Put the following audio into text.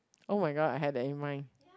oh-my-god I have that in mind